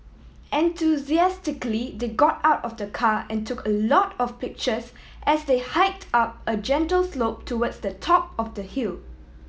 enthusiastically they got out of the car and took a lot of pictures as they hiked up a gentle slope towards the top of the hill